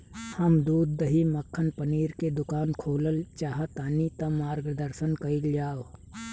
हम दूध दही मक्खन पनीर के दुकान खोलल चाहतानी ता मार्गदर्शन कइल जाव?